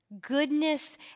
goodness